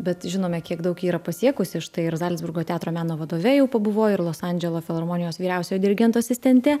bet žinome kiek daug ji yra pasiekusi štai ir zalcburgo teatro meno vadove jau pabuvojo ir los andželo filharmonijos vyriausiojo dirigento asistente